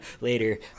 later